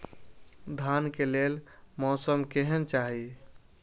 धान के लेल मौसम केहन चाहि?